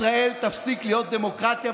ישראל תפסיק להיות דמוקרטיה,